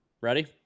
Ready